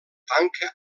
tanca